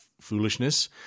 foolishness